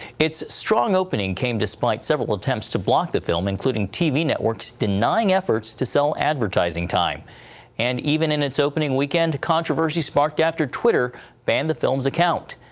its strong opening came despite several attempts to block the film, including tv networks denying efforts to sell advertising time and even in its opening weekend controversy sparked after twitter banned the film's account.